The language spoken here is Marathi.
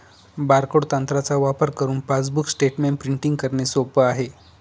बारकोड तंत्राचा वापर करुन पासबुक स्टेटमेंट प्रिंटिंग करणे सोप आहे